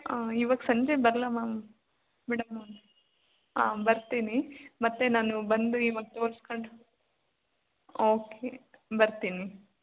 ಆಂ ಇವತ್ತು ಸಂಜೆ ಬರಲಾ ಮಾಮ್ ಮೇಡಮ್ ಆಂ ಬರ್ತೀನಿ ಮತ್ತೆ ನಾನು ಬಂದು ಈವಾಗ ತೋರಿಸಿಕೊಂಡು ಓಕೆ ಬರ್ತೀನಿ